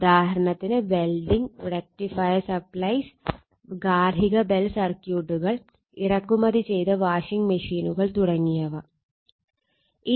ഉദാഹരണത്തിന് welding rectifier supplies ഗാർഹിക bell സർക്യൂട്ടുകൾ ഇറക്കുമതി ചെയ്ത വാഷിംഗ് മെഷീനുകൾwelding and rectifier supplies domestic bell circuit imported washing machines തുടങ്ങിയവ